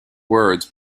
words